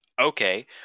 Okay